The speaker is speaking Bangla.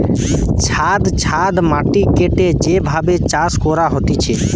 ছাদ ছাদ মাটি কেটে যে ভাবে চাষ করা হতিছে